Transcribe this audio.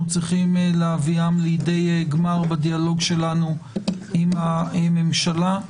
צריכים להביאם לידי גמר בדיאלוג שלנו עם הממשלה.